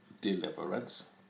deliverance